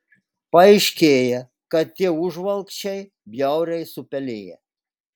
paaiškėja kad tie užvalkčiai bjauriai supeliję